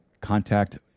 contact